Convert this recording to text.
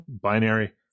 binary